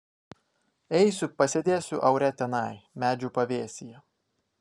eisiu pasėdėsiu aure tenai medžių pavėsyje